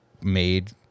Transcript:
made